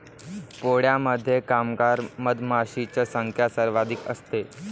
पोळ्यामध्ये कामगार मधमाशांची संख्या सर्वाधिक असते